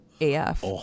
af